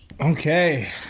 okay